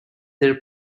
their